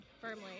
firmly